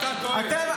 אתה טועה.